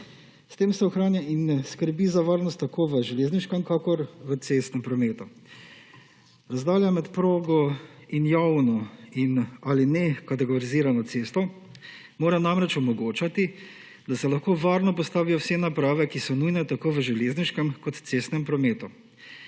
S tem se ohranja in skrbi za varnost tako v železniškem kakor v cestnem prometu. Razdalja med progo in javno ali nekategorizirano cesto mora namreč omogočati, da se lahko varno postavijo vse naprave, ki so nujne tako v železniškem kot v cestnem prometu.